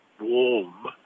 warm